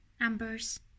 numbers